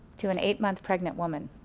to an eight-month pregnant woman.